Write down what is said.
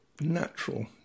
natural